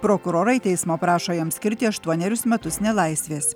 prokurorai teismo prašo jam skirti aštuonerius metus nelaisvės